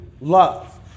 love